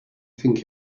think